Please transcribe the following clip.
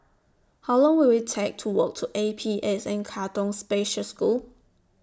How Long Will IT Take to Walk to A P S N Katong Special School